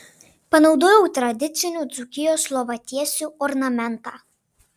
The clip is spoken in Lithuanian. panaudojau tradicinių dzūkijos lovatiesių ornamentą